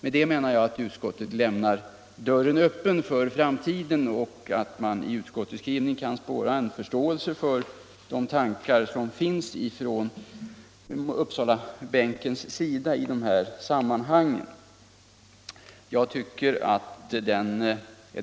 Med det menar jag att utskottet lämnar dörren öppen för framtiden och att man i utskottets skrivning kan spåra förståelse för de tankar som finns redovisade i vår motion.